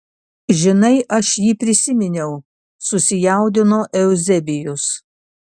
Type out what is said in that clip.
žinai aš jį prisiminiau susijaudino euzebijus